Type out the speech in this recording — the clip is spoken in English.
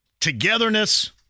togetherness